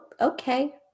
Okay